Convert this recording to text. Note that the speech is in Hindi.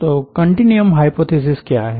तो कन्टीन्युअम हाइपोथिसिस क्या है